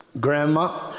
Grandma